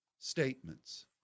Statements